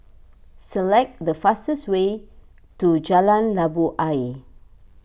select the fastest way to Jalan Labu Ayer